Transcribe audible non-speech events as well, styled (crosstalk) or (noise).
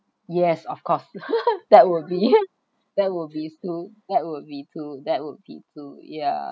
yes of course (laughs) that would be (laughs) that would be too that would be too that would be too yeah